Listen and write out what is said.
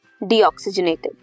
deoxygenated